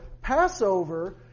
Passover